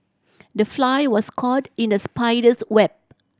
the fly was caught in the spider's web